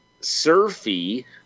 Surfy